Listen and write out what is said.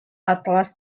atlas